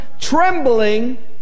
trembling